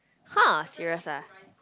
!huh! serious ah